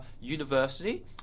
university